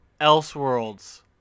Elseworlds